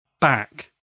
back